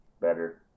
better